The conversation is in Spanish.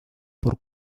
por